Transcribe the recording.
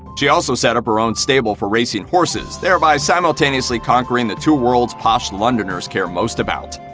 she also set up her own stable for racing horses, thereby simultaneously conquering the two worlds posh londoners cared most about.